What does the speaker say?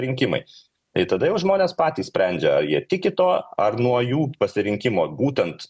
rinkimais tai tada jau žmonės patys sprendžia ar jie tiki tuo ar nuo jų pasirinkimo būtent